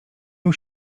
był